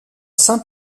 saint